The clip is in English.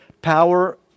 power